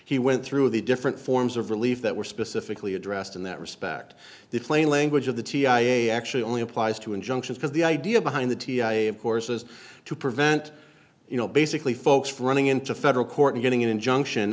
he went through the different forms of relief that were specifically addressed in that respect the plain language of the t i a actually only applies to injunction because the idea behind the t i a of course is to prevent you know basically folks from running into federal court and getting an injunction